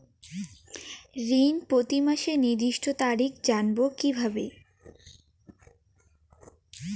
ঋণ প্রতিমাসের নির্দিষ্ট তারিখ জানবো কিভাবে?